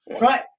right